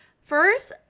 first